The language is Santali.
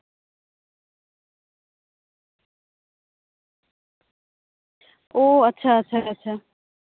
ᱳ ᱟᱪᱪᱷᱟ ᱟᱪᱪᱷᱟ ᱟᱪᱪᱷᱟ